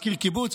מזכיר הקיבוץ,